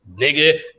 Nigga